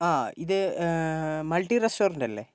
ആ ഇത് multi restaurant അല്ലെ